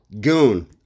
goon